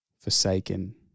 forsaken